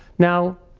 now,